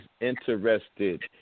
interested